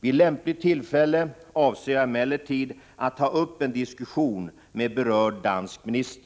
Vid lämpligt tillfälle avser jag emellertid att ta upp en diskussion med berörd dansk minister.